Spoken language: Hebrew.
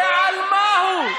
ועל מה הוא?